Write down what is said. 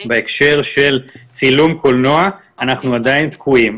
בהקשר של צילום קולנוע אנחנו עדיין תקועים.